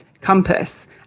compass